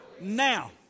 now